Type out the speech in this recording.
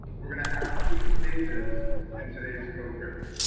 we're gonna have three stages in today's code break.